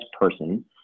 person